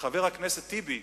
חבר הכנסת טיבי,